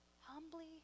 humbly